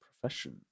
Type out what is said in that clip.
profession